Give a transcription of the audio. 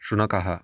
शुनकः